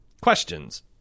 questions